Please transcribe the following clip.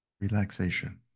relaxation